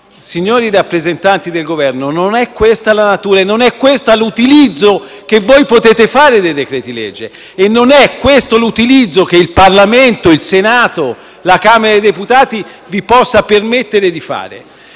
Signori rappresentanti del Governo, non è questa la sua natura, non è questo l'utilizzo che potete fare dei decreti-legge e non è questo l'utilizzo che il Parlamento, il Senato e la Camera dei deputati, vi può permettere di fare.